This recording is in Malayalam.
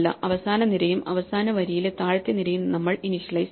അവസാന നിരയും അവസാന വരിയിലെ താഴത്തെ നിരയും നമ്മൾ ഇനിഷ്യലൈസ് ചെയ്തു